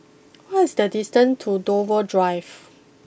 what is the distant to Dover Drive